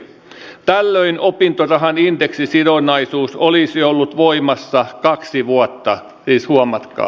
tällöin opintorahan indeksisidonnaisuus olisi ollut voimassa kaksi vuotta siis huomatkaa